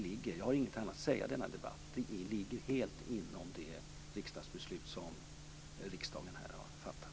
Jag har inget annat att säga i denna debatt, dvs. detta ligger helt inom ramen för det beslut riksdagen har fattat.